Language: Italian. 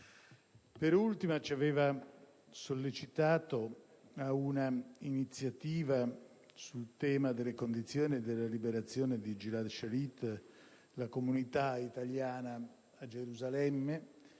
Per ultima, ci aveva sollecitato ad un'iniziativa sul tema delle condizioni della liberazione di Gilad Shalit la comunità italiana a Gerusalemme,